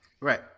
Right